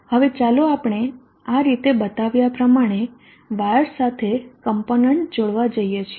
હવે ચાલો આપણે આ રીતે બતાવ્યા પ્રમાણે વાયર્સ સાથે કોમ્પોનન્ટસ જોડવા જઈએ છીએ